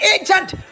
agent